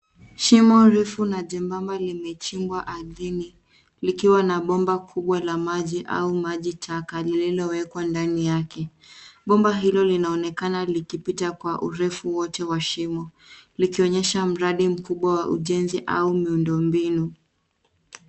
Shimo refu na jembamba limechimbwa ardhini likiwa na bomba kubwa la maji au maji taka lililowekwa ndani yake. Bomba hilo linaonekana likipita kwa urefu wote wa shimo likionyesha mradi mkubwa wa ujenzi au miundombinu.